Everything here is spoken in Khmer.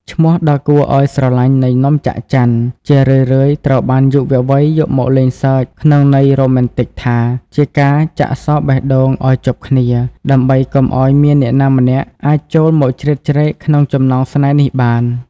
ឈ្មោះដ៏គួរឱ្យស្រឡាញ់នៃ «នំចាក់ច័ន» ជារឿយៗត្រូវបានយុវវ័យយកមកលេងសើចក្នុងន័យរ៉ូមែនទិកថា ជាការចាក់សោរបេះដូងឱ្យជាប់គ្នា ដើម្បីកុំឱ្យមានអ្នកណាម្នាក់អាចចូលមកជ្រៀតជ្រែកក្នុងចំណងស្នេហ៍នេះបាន។